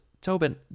Tobin